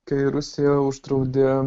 kai rusija uždraudė